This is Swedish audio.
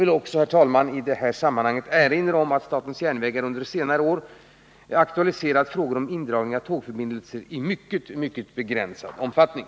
I sammanhanget vill jag erinra om att SJ under senare år aktualiserat frågor om indragning av tågförbindelser i mycket begränsad omfattning.